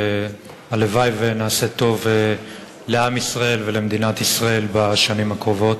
והלוואי שנעשה טוב לעם ישראל ולמדינת ישראל בשנים הקרובות.